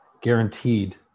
guaranteed